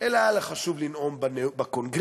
אלא היה לו חשוב לנאום בקונגרס,